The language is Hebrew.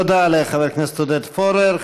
תודה לחבר הכנסת עודד פורר.